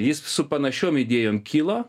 jis su panašiom idėjom kilo